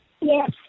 Yes